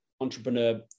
entrepreneur